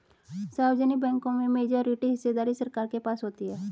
सार्वजनिक बैंकों में मेजॉरिटी हिस्सेदारी सरकार के पास होती है